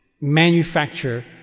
manufacture